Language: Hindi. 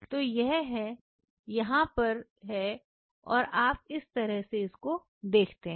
तो यह है यहां पर है और आप इस तरह से इसको देखते हैं